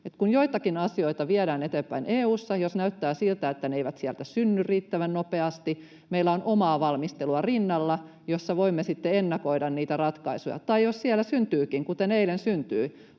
kun joitakin asioita viedään eteenpäin EU:ssa, niin jos näyttää siltä, että ne eivät sieltä synny riittävän nopeasti, meillä on rinnalla omaa valmistelua, jossa voimme sitten ennakoida niitä ratkaisuja. Tai jos siellä syntyykin ratkaisu, kuten eilen syntyi